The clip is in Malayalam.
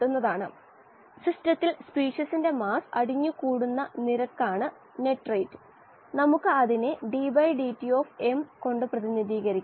അതായത് flux of oxygen entering the gas liquid interface flux of oxygen leaving the gas liquid interface ഞാൻ ഇപ്പോൾ ഈ വ്യവസ്ഥകൾ ഒരേ സ്ഥലം അനുസരിച്ച് വിഭജിച്ചിരിക്കുന്നു